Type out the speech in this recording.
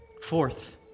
Fourth